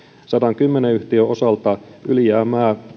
sadankymmenen yhtiön osalta ylijäämää